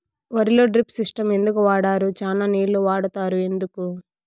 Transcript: వరిలో drip system ఎందుకు వాడరు? చానా నీళ్లు వాడుతారు ఎందుకు?